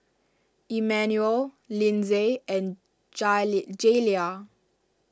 Emmanuel Lindsay and Jayla